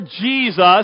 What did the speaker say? jesus